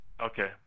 Okay